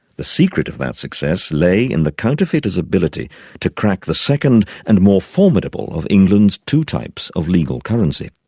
the secret of that success lay in the counterfeiter's ability to crack the second and more formidable of england's two types of legal currency.